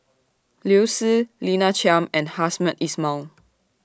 Liu Si Lina Chiam and Hamed Ismail